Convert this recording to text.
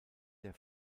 der